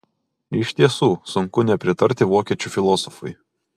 iš tiesų sunku nepritarti vokiečių filosofui